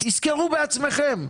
תשכרו בעצמכם.